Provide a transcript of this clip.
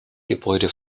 gebäude